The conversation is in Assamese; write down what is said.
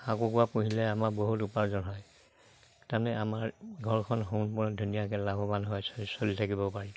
হাঁহ কুকুৰা পুহিলে আমাৰ বহুত উপাৰ্জন হয় তাৰমানে আমাৰ ঘৰখন ধুনীয়াকে লাভৱান হয় চলি থাকিব পাৰি